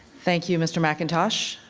thank you, mr. mcintosh.